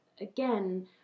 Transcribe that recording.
again